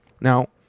Now